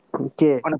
Okay